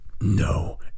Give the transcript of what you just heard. No